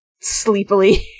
sleepily